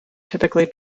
typically